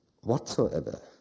whatsoever